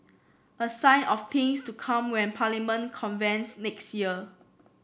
a sign of things to come when Parliament convenes next year